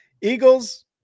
Eagles